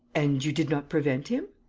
and you did not prevent him?